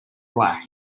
black